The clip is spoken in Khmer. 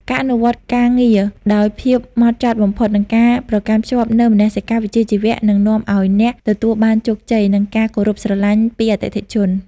ការអនុវត្តការងារដោយភាពហ្មត់ចត់បំផុត និងការប្រកាន់ខ្ជាប់នូវមនសិការវិជ្ជាជីវៈ នឹងនាំឱ្យអ្នកទទួលបានជោគជ័យ និងការគោរពស្រឡាញ់ពីអតិថិជន។